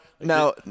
now